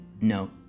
no